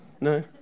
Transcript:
No